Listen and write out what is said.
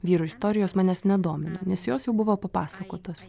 vyro istorijos manęs nedomino nes jos jau buvo papasakotos